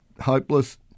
hopeless